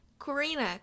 Corina